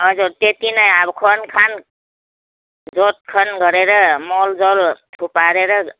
हजुर त्यत्ति नै हो अब खनखान जोतखन गरेर मलजल थुपारेर